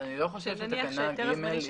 אני לא חושב שתקנה (ג) היא לא נכונה.